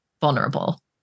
vulnerable